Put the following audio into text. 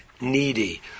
needy